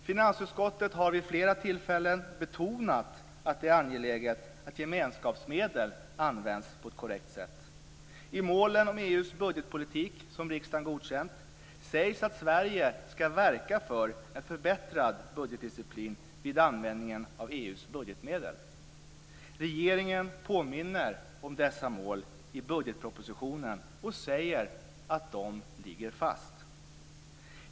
Finansutskottet har vid flera tillfällen betonat att det är angeläget att gemenskapsmedel används på ett korrekt sätt. I målen om EU:s budgetpolitik, som riksdagen godkänt, sägs att Sverige ska verka för en förbättrad budgetdisciplin vid användningen av EU:s budgetmedel. Regeringen påminner om dessa mål i budgetpropositionen och säger att de ligger fast.